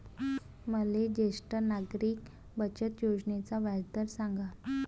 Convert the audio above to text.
मले ज्येष्ठ नागरिक बचत योजनेचा व्याजदर सांगा